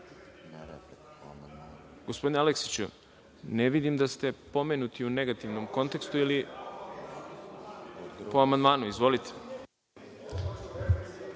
Aleksiću, ne vidim da ste pomenuti u negativnom kontekstu. Po amandmanu, izvolite.